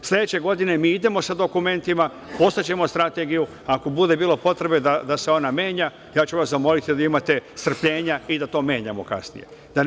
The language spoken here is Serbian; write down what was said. Sledeće godine mi idemo sa dokumentima, poslaćemo strategiju, ako bude bilo potrebe da se ona menja, ja ću vas zamoliti, jer vi imate strpljenja i da to menjamo kasnije.